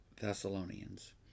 Thessalonians